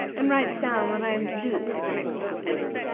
and writes down what i am to do for the next half-week.